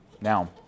Now